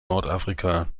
nordafrika